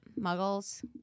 Muggles